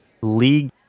league